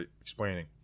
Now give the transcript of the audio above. explaining